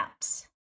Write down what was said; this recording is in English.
apps